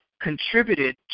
contributed